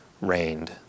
rained